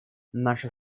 наша